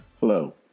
Hello